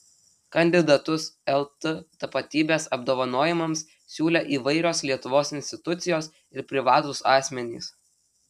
kandidatus lt tapatybės apdovanojimams siūlė įvairios lietuvos institucijos ir privatūs asmenys